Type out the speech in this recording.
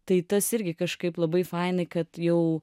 tai tas irgi kažkaip labai fainai kad jau